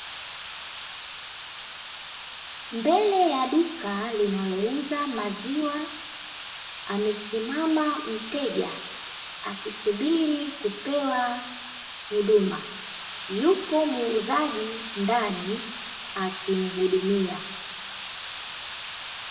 Mbele ya duka linalouza maziwa, amesimama mteja akisubiri kupewa huduma. Yupo muuzaji ndani, akimhudumia.